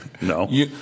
No